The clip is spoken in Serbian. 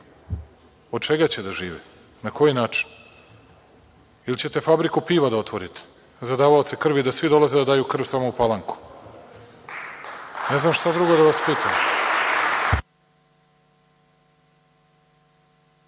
Od čega će da žive? Na koji način? Ili ćete fabriku piva da otvorite za davaoce krvi i da svi dolaze da daju krv samo u Palanku. Ne znam šta drugo da vas